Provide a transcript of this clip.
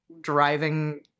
driving